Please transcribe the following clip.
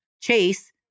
Chase